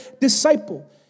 disciple